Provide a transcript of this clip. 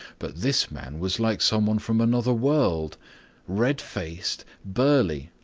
but this man was like some one from another world red-faced, burly,